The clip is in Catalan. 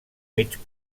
mig